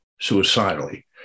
suicidally